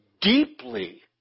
deeply